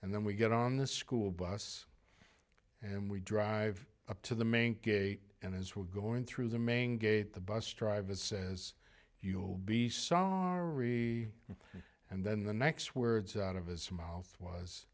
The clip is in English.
and then we get on the school bus and we drive up to the main gate and as we're going through the main gate the bus driver says you'll be sorry and then the next words out of his